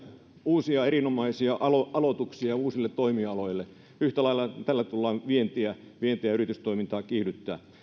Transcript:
uusia erinomaisia aloituksia uusille toimialoille yhtä lailla tällä tullaan vientiä vientiä ja yritystoimintaa kiihdyttämään